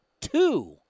two